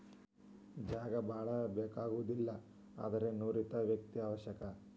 ಜಾಗಾ ಬಾಳ ಬೇಕಾಗುದಿಲ್ಲಾ ಆದರ ನುರಿತ ವ್ಯಕ್ತಿ ಅವಶ್ಯಕ